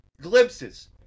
Glimpses